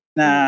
na